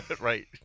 Right